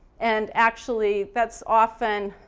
and actually that's often